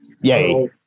Yay